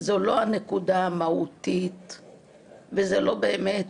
זו לא הנקודה המהותית וזה לא באמת,